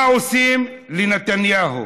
מה רוצים מנתניהו?